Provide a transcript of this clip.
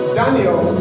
daniel